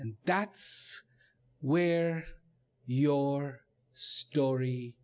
and that's where your story